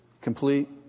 complete